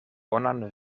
bonan